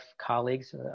colleagues